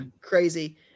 crazy